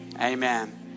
Amen